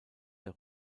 der